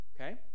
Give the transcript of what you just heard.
Okay